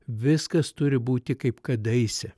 viskas turi būti kaip kadaise